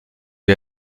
lui